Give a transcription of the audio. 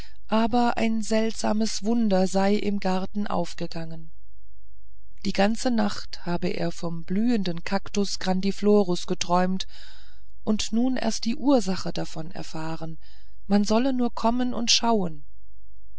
aber ein seltsames wunder sei im garten aufgegangen die ganze nacht habe er vom blühenden cactus grandiflorus geträumt und nun erst die ursache davon erfahren man solle nur kommen und schauen